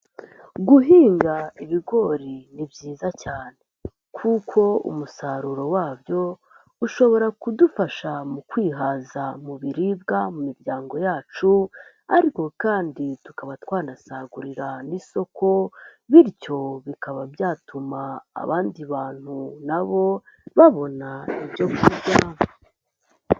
Guhinga ibigori ni byiza cyane. Kuko umusaruro wabyo ushobora kudufasha mu kwihaza mu biribwa mu miryango yacu, ariko kandi tukaba twanasagurira n'isoko, bityo bikaba byatuma abandi bantu na bo babona ibyo kurya.